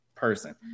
person